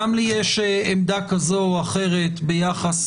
גם לי יש עמדה כזו או אחרת ביחס